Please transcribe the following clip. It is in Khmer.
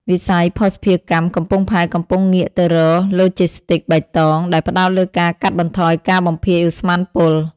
វិស័យភស្តុភារកម្មកំពង់ផែកំពុងងាកទៅរក "Logistics បៃតង" ដែលផ្ដោតលើការកាត់បន្ថយការបំភាយឧស្ម័នពុល។